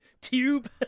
tube